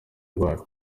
ndwara